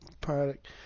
product